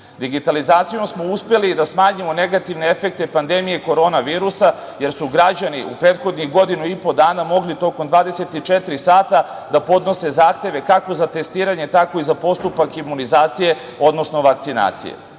knjižice. Digitalizacijom smo uspeli da smanjimo negativne efekte pandemije koronavirusa, jer su građani u prethodnih godinu i po dana mogli tokom 24 sata da podnose zahteve kako za testiranje, tako i za postupak imunizacije, odnosno vakcinacije